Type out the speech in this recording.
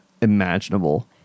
imaginable